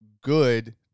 good